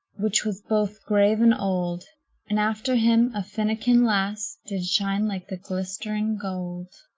which was both grave and old and after him a finikin lass, did shine like the glistering gold.